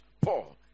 Paul